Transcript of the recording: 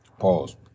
pause